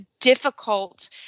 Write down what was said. difficult